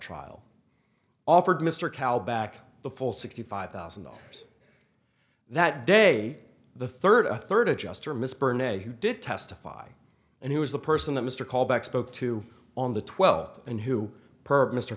trial offered mr cal back the full sixty five thousand dollars that day the third a third adjuster miss burnett who did testify and he was the person that mr callback spoke to on the twelve and who